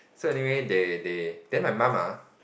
so anyway they they then my mum ah